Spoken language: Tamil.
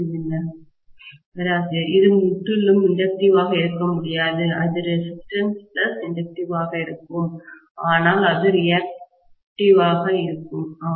பேராசிரியர் இது முற்றிலும் இன்டக்டிவ்வாக இருக்க முடியாது அது ரெசிஸ்டன்ஸ் இன்டக்டிவ்வாக இருக்கும் ஆனால் அது ரியாக்டிவ்வாக இருக்கும் ஆம்